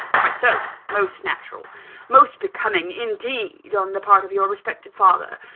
quite so most natural most becoming, indeed, on the part of your respected father.